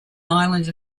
island